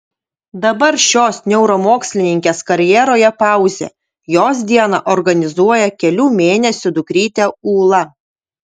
dabar šios neuromokslininkės karjeroje pauzė jos dieną organizuoja kelių mėnesių dukrytė ūla